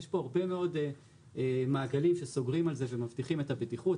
יש פה הרבה מאוד מעגלים שסוגרים על זה ומבטיחים את הבטיחות,